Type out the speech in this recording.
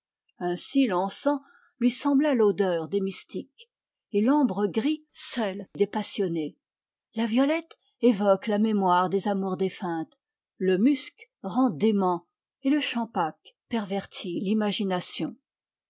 ainsi l'encens lui sembla l'odeur des mystiques et l'ambre gris celle des passionnés la violette évoque la mémoire des amours défuntes le musc rend dément et le champac pervertit l'imagination